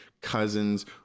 cousins